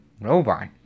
robot